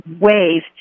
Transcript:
ways